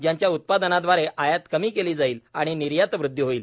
ज्यांच्या उत्पादनादवारे आयात कमी केली जाईल आणि निर्यात वृद्धी होईल